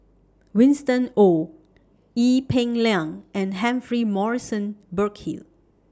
Winston Oh Ee Peng Liang and Humphrey Morrison Burkill